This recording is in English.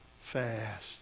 fast